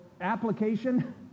application